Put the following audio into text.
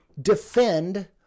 defend